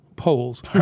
polls